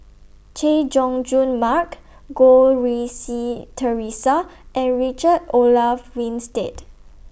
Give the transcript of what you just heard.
Chay Jung Jun Mark Goh Rui Si Theresa and Richard Olaf Winstedt